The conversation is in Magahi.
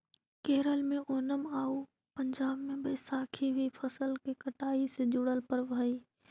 केरल में ओनम आउ पंजाब में बैसाखी भी फसल के कटाई से जुड़ल पर्व हइ